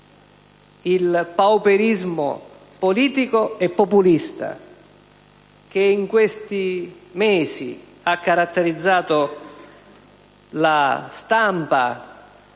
il pauperismo politico e populista, che in questi mesi ha caratterizzato la stampa